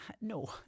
No